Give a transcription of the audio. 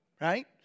right